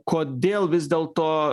kodėl vis dėl to